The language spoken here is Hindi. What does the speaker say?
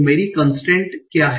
तो मेरी कन्स्ट्रेन्ट क्या है